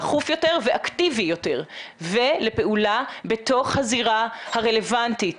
דחוף יותר ואקטיבי יותר ולפעולה בתוך הזירה הרלוונטית,